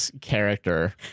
character